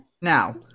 Now